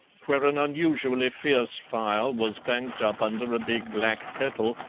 where an unusually fierce fire was banked up under a big black kettle,